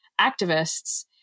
activists